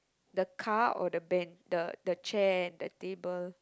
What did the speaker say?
the car or the ben~ the chair the table